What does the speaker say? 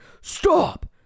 Stop